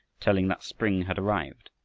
telling that spring had arrived,